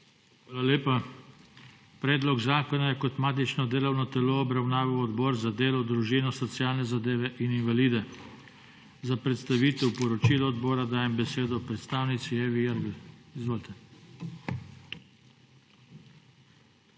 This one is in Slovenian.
Hvala lepa. Predlog zakona je kot matično delovno telo obravnaval Odbor za delo, družino, socialne zadeve in invalide. Za predstavitev poročila odbora dajem besedo predstavnici Evi Irgl. Izvolite.